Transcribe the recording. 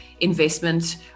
investment